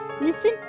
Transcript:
Listen